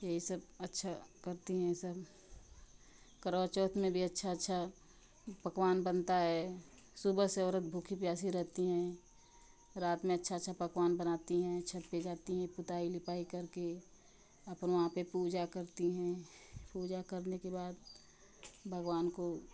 येही सब अच्छा करती हैं सब करवा चौथ में भी अच्छा अच्छा पकवान बनता है सुबह से औरत भूखी प्यासी रहती हैं रात में अच्छा अच्छा पकवान बनाती हैं छत पे जाती हैं पुताई लिपाई करके अपना वहाँ पे पूजा करती हैं पूजा करने के बाद भगवान को